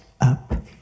up